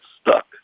stuck